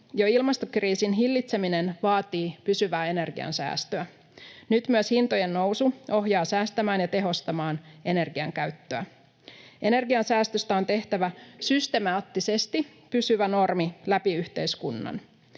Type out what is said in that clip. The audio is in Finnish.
Jo ilmastokriisin hillitseminen vaatii pysyvää energiansäästöä. Nyt myös hintojen nousu ohjaa säästämään ja tehostamaan energian käyttöä. Energiansäästöstä on tehtävä systemaattisesti pysyvä normi läpi yhteiskunnan.